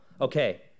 okay